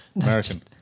American